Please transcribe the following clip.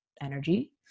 energy